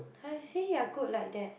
I say you are good like that